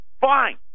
Fine